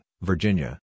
Virginia